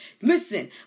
Listen